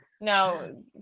No